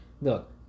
Look